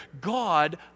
God